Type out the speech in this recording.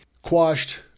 quashed